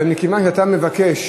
אבל מכיוון שאתה מבקש